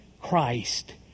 Christ